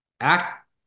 act